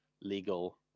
legal